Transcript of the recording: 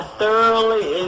thoroughly